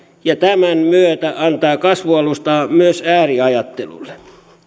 ja tämän myötä antaa kasvualustaa myös ääriajattelulle